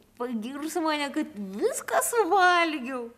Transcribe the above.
pagirs mane kad viską suvalgiau